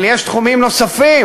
אבל יש תחומים נוספים.